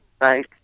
right